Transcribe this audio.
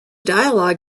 dialogue